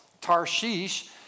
Tarshish